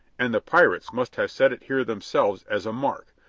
and the pirates must have set it here themselves as a mark,